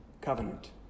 covenant